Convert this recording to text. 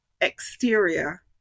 exterior